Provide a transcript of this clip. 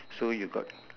so you got